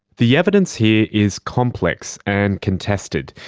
the evidence here is complex and contested.